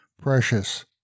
precious